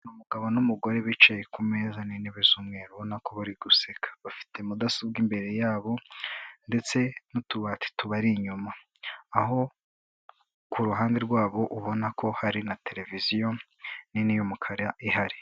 Umugabo n'umugore bicaye ku meza n'intebe z'umweruko, bari guseka, bafite mudasobwa imbere yabo ndetse n'utubati tubari inyuma, aho ku ruhande rwabo ubona ko hari na televiziyo nini y'umukara ihari.